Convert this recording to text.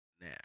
Now